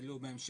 העלו בהמשך.